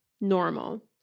normal